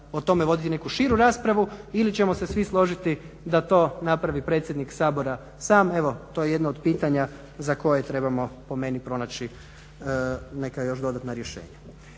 o tome voditi i neku širu raspravu ili ćemo se svi složiti da to napravi predsjednik Sabora sam. Evo to je jedno od pitanja za koje trebamo po meni pronaći neka još dodatna rješenja.